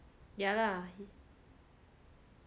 ya lah